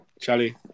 Charlie